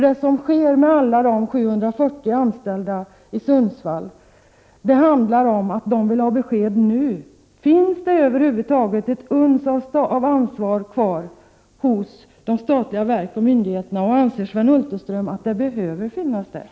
Det som sker med alla de 740 anställda i Sundsvall handlar om att de vill ha besked nu. Finns det över huvud taget ett uns av ansvar kvar hos de statliga verken och myndigheterna? Anser Sven Hulterström att ett sådant ansvar behöver finnas?